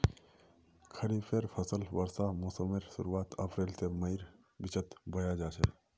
खरिफेर फसल वर्षा मोसमेर शुरुआत अप्रैल से मईर बिचोत बोया जाछे